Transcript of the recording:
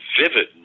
vivid